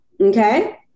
Okay